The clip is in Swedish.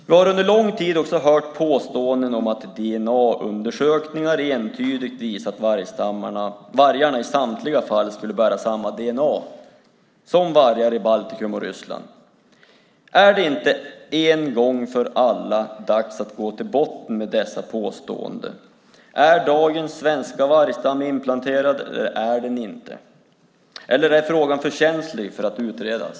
Vi har under lång tid också hört påståenden om att dna-undersökningar entydigt visar att vargarna i samtliga fall skulle bära samma dna som vargar i Baltikum och Ryssland. Är det inte en gång för alla dags att gå till botten med dessa påståenden? Är dagens svenska vargstam inplanterad eller inte? Eller är frågan för känslig för att utredas?